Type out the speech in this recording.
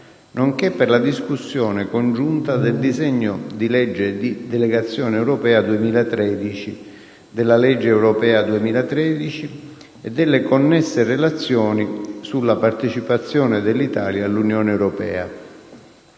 nonché per la discussione congiunta del disegno di legge di delegazione europea 2013, della Legge europea 2013 e delle connesse relazioni sulla partecipazione dell'Italia all'Unione europea.